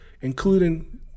including